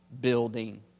building